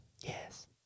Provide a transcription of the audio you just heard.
yes